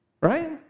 Right